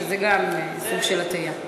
שזה גם סוג של הטעיה.